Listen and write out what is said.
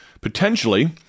potentially